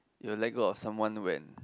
you let go of someone when